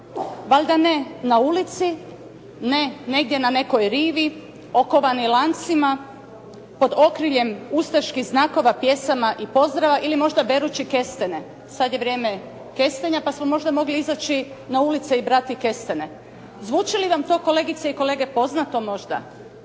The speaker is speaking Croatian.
valjda ne na ulici, ne negdje na nekoj rivi okovani lancima pod okriljem ustaških znakova, pjesama i pozdrava ili možda berući kestene. Sad je vrijeme kestenja pa smo možda mogli izaći na ulice i brati kestene. Zvuči li vam to kolegice i kolege poznato možda?